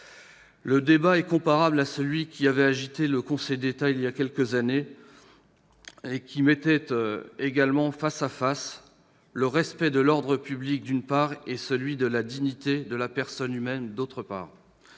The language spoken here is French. Le débat est comparable à celui qui avait agité le Conseil d'État il y a quelques années et qui mettait aussi face à face le respect de l'ordre public, d'une part, et celui de la dignité de la personne humaine, d'autre part.